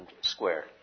square